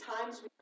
times